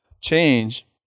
change